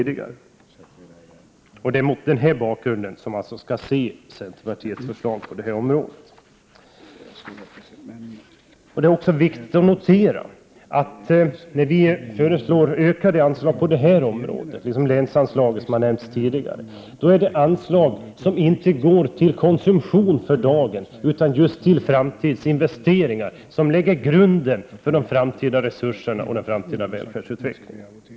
Det är mot denna bakgrund som centerpartiets förslag på detta område skall ses. Det är också viktigt att notera att när vi föreslår ökade medel till länsanslaget är det pengar som inte går till konsumtion för dagen utan just till framtidsinvesteringar, som lägger grunden för de framtida resurserna och den framtida välfärdsutvecklingen.